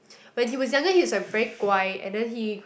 when he was younger he's like very 乖 and then he